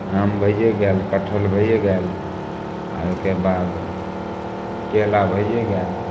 आम भैए गेल कटहल भैए गेल आओर ओहिके बाद केला भैए गेल